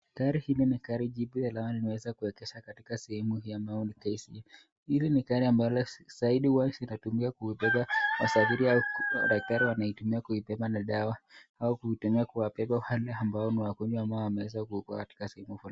Gari hili ni gari jipya ambalo linaweza kuwekesha katika sehemu hii ya maoni kesi. Hili ni gari ambalo zaidi huwa zinatumika kuwabeba wasafiri au madaktari wanaitumia kuibeba na dawa au kuitumia kuwabeba wale ambao ni wagonjwa ambao wameweza kuugua katika sehemu fulani.